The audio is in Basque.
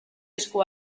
esku